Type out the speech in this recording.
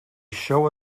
show